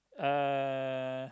uh